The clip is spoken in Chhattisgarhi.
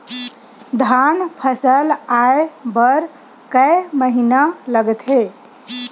धान फसल आय बर कय महिना लगथे?